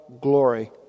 glory